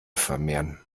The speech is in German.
vermehren